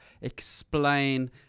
explain